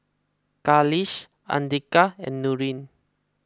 Khalish andika and Nurin